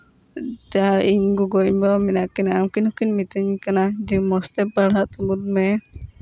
ᱡᱟ ᱤᱧ ᱜᱚᱜᱚ ᱤᱧ ᱵᱟᱵᱟ ᱢᱮᱱᱟᱜ ᱠᱤᱱᱟ ᱩᱱᱠᱤᱱ ᱦᱚᱸᱠᱤᱱ ᱢᱮᱛᱟᱹᱧ ᱠᱟᱱᱟ ᱡᱮ ᱢᱚᱡᱽ ᱛᱮ ᱯᱟᱲᱦᱟᱜ ᱛᱟᱵᱚᱱ ᱢᱮ